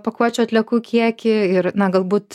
pakuočių atliekų kiekį ir na galbūt